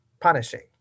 punishing